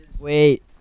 Wait